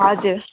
हजुर